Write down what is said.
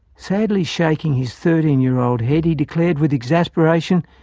sadly shaking his thirteen year old head, he declared with exasperation,